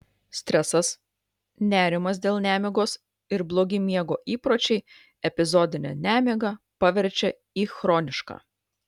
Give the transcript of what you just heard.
stresas nerimas dėl nemigos ir blogi miego įpročiai epizodinę nemigą paverčia į chronišką